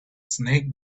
snake